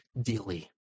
daily